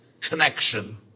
connection